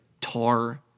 tar